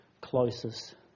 closest